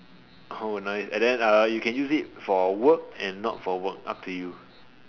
how would I and the you can use it for work and not for work up to you